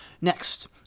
Next